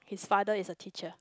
his father is a teacher